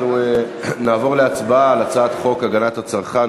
אנחנו נעבור להצבעה על הצעת חוק הגנת הצרכן